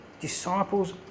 disciples